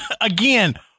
Again